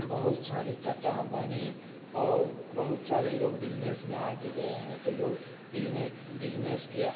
बहुत सारी टाटा अंबानी और बहुत सारे लोग बिज़नेस में आगे गए हैं तो लोग बिज़नेस बिज़नेस के